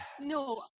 no